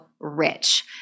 Rich